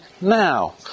now